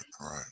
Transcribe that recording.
right